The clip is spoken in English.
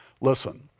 Listen